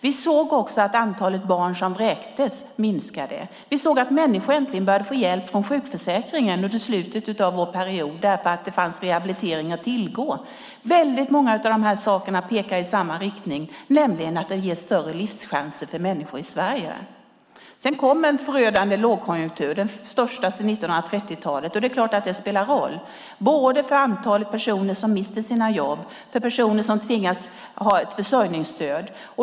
Vi såg också att antalet barn som vräktes minskade. Vi såg att människor äntligen började få hjälp från sjukförsäkringen under slutet av vår period därför att det fanns rehabilitering att tillgå. Väldigt många av dessa saker pekar i samma riktning - de ger nämligen större livschanser för människor i Sverige. Sedan kom en förödande lågkonjunktur, den största sedan 1930-talet, och det är klart att det spelar roll både för antalet personer som mister sina jobb och för hur många som behöver försörjningsstöd.